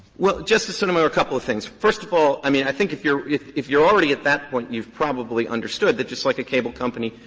justice sotomayor, a couple of things. first of all, i mean, i think if you're if if you're already at that point, you've probably understood that just like a cable company,